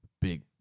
big